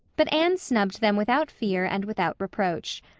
but anne snubbed them without fear and without reproach.